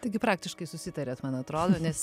taigi praktiškai susitarėt man atrodo nes